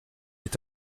est